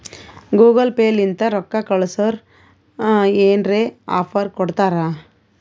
Google Pay ಲಿಂತ ರೊಕ್ಕಾ ಕಳ್ಸುರ್ ಏನ್ರೆ ಆಫರ್ ಕೊಡ್ತಾರ್